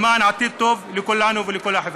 למען עתיד טוב לכולנו ולכל החברה.